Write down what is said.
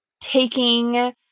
taking